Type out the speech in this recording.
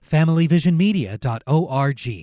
FamilyVisionMedia.org